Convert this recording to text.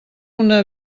una